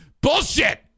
Bullshit